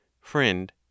Friend